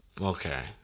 Okay